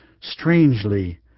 strangely